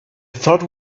thought